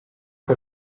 che